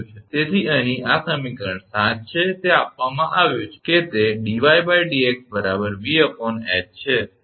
તેથી અહીં આ સમીકરણ 7 છે તે આપવામાં આવ્યું છે કે તે 𝑑𝑦𝑑𝑥 𝑉𝐻 છે